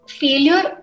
failure